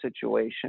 situation